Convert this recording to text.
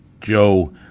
Joe